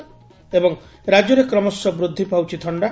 ଏବଂ ରାଜ୍ୟରେ କ୍ରମଶଃ ବୃଦ୍ଧି ପାଉଛି ଥଣ୍ଡା